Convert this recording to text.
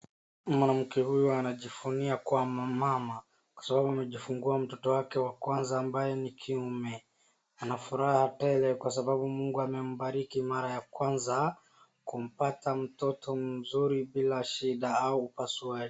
Mwanamke huyu anajivunia kuwa mama kwa sababu amejifungua mtoto wake wa kwaza ambaye ni kiume. Ana furaha tele kwa sababu Mungu amembariki mara ya kwaza kumpata mtoto mzuri bila shida au upasuaji.